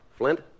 Flint